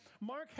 Mark